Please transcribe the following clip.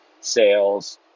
sales